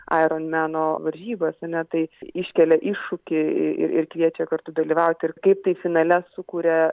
aeron meno varžybas ar ne tai iškelia iššūkį ir kviečia kartu dalyvauti ir kaip tai finale sukuria